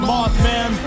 Mothman